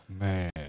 man